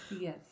Yes